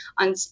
on